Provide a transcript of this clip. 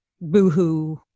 boohoo